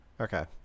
Okay